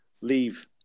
leave